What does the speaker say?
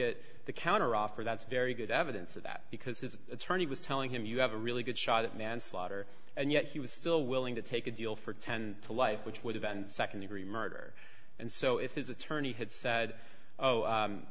at the counteroffer that's very good evidence of that because his attorney was telling him you have a really good shot at manslaughter and yet he was still willing to take a deal for ten to life which would have been nd degree murder and so if his attorney had said